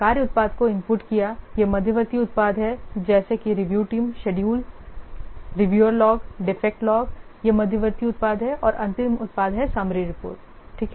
कार्य उत्पाद को इनपुट किया ये मध्यवर्ती उत्पाद हैं जैसे कि review team schedule reviewer log defect log यह मध्यवर्ती उत्पाद हैं और अंतिम उत्पाद है समरी रिपोर्ट ठीक है